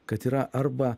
kad yra arba